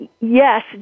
yes